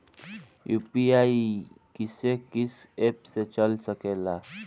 UPI किस्से कीस app से चल सकेला?